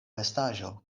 vestaĵo